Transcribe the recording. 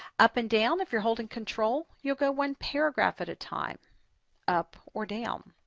up and down if you're holding control you'll go one paragraph at a time up or down.